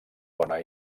bona